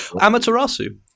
Amaterasu